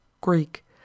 Greek